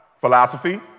Philosophy